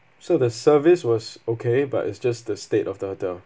so the service was okay but it's just the state of the hotel